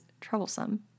troublesome